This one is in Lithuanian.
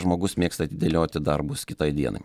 žmogus mėgsta atidėlioti darbus kitai dienai